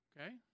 Okay